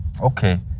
Okay